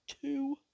two